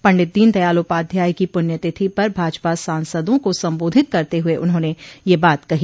पंडित दीनदयाल उपाध्याय की प्ण्यतिथि पर भाजपा सांसदों को संबोधित करते हुए उन्होंने ये बात कही